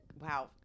Wow